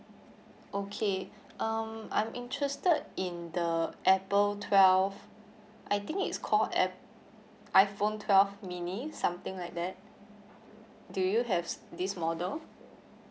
okay um I'm interested in the Apple twelve I think it's call app~ iPhone twelve mini something like that do you have this model